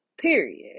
period